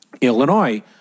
Illinois